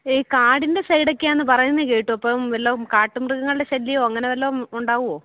ഈ കാടിൻ്റെ സൈഡൊക്കെയാണെന്നു പറയുന്നതു കേട്ടു അപ്പം വല്ലതും കാട്ടു മൃഗങ്ങളുടെ ശല്യമോ അങ്ങനെ വല്ലതും ഉണ്ടാകുമോ